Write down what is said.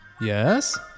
yes